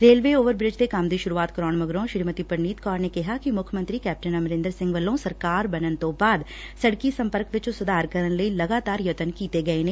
railway over bridge ਦੇ ਕੰਮ ਦੀ ਸ਼ੁਰੂਆਤ ਕਰਵਾਉਣ ਮਗਰੋਂ ਪਰਨੀਤ ਕੌਰ ਨੇ ਕਿਹਾ ਕਿ ਮੁੱਖ ਮੰਤਰੀ ਕੈਪਟਨ ਅਮਰਿੰਦਰ ਸਿੰਘ ਵੱਲੋਂ ਸਰਕਾਰ ਬਣਨ ਤੋਂ ਬਾਅਦ ਸੜਕੀ ਸੰਪਰਕ ਵਿੱਚ ਸੁਧਾਰ ਕਰਨ ਲਈ ਲਗਾਤਾਰ ਯਤਨ ਕੀਤੇ ਗਏ ਨੇ